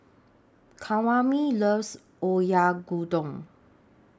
Kwame loves Oyakodon